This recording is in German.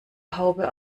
haube